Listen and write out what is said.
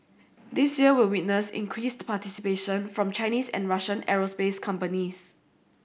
this year will witness increased participation from Chinese and Russian aerospace companies